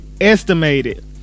estimated